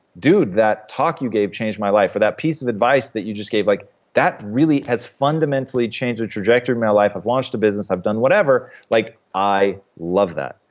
dude. that talk you gave changed my life. or, that piece of advice that you just gave, like that really has fundamentally changed the trajectory of my life. i've launched a business. i've done whatever. like i love that.